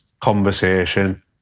conversation